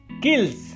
kills